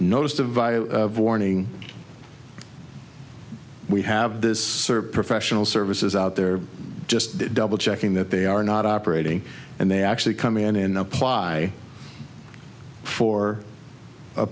noticed of warning we have this sort of professional services out there just double checking that they are not operating and they actually come in and apply for a